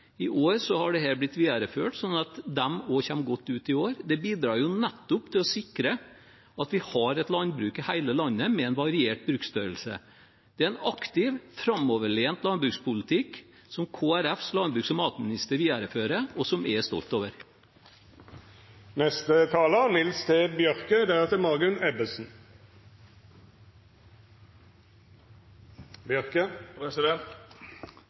i år har dette blitt videreført, sånn at de kommer godt ut også i år. Det bidrar nettopp til å sikre at vi har et landbruk med variert bruksstørrelse i hele landet. Det er en aktiv, framoverlent landbrukspolitikk som Kristelig Folkepartis landbruks- og matminister viderefører, og som jeg er stolt over.